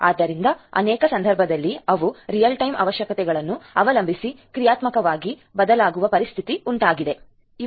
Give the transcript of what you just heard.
ಆದ್ದರಿಂದ ಅನೇಕ ಸಂದರ್ಭಗಳಲ್ಲಿ ಅವು ರಿಯಲ್ ಟೈಮ್ ಅವಶ್ಯಕತೆಗಳನ್ನು ಅವಲಂಬಿಸಿ ಕ್ರಿಯಾತ್ಮಕವಾಗಿ ಬದಲಾಗುವ ಪರಿಸ್ಥಿತಿ ಉಂಟಾಗುತ್ತದೇ